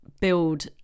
build